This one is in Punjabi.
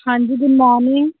ਹਾਂਜੀ ਗੁਡ ਮੋਰਨਿੰਗ